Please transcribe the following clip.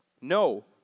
No